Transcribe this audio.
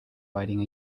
riding